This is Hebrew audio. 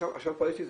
עכשיו כבר יש לי,